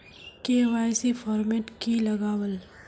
KYC format की लगावल?